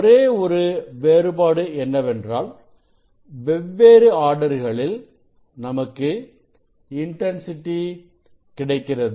ஒரே ஒரு வேறுபாடு என்னவென்றால் வெவ்வேறு ஆர்டர்களில் நமக்கு இன்டன்சிட்டி கிடைக்கிறது